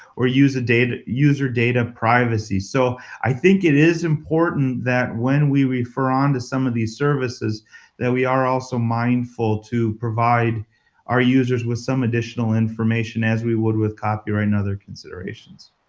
or user data user data privacy. so i think it is important that when we refer onto some of these services that we are also mindful to provide our users with some additional information as we would with copyright and other considerations.